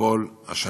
כל השנה.